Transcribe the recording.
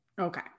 Okay